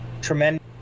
tremendous